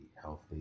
healthy